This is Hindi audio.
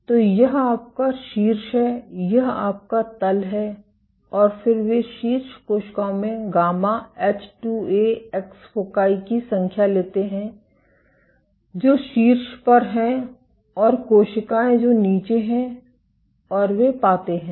तो यह आपका शीर्ष है यह आपका तल है और फिर वे शीर्ष कोशिकाओं में गामा एच2ए एक्स फ़ोकाई की संख्या लेते हैं जो शीर्ष पर हैं और कोशिकाएं जो नीचे हैं और वे पाते हैं